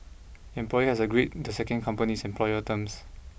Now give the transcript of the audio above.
employee has to agreed the second company's employment terms